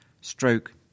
Stroke